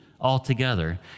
altogether